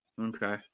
Okay